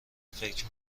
فکر